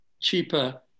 cheaper